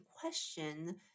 question